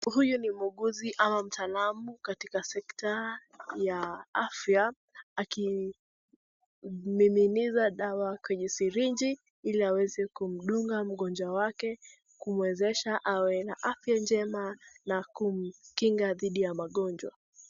Huyu ni muuguzi ama mtaalamu katika sekta ya afya, akimiminiza dawa kwenye sirinji ili aweze kumdunga mgonjwa wake, kuwezesha awe na afya njema na kumkinga dhidi ya magonjwa.